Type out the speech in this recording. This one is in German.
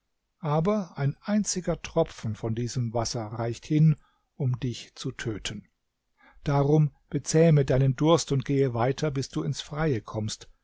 aber ein einziger tropfen von diesem wasser reicht hin um dich zu töten darum bezähme deinen durst und gehe weiter bis du ins freie kommst